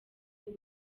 w’u